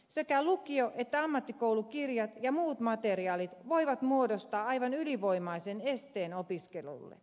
sekä lukio että ammattikoulukirjat ja muut materiaalit voivat muodostaa aivan ylivoimaisen esteen opiskelulle